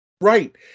Right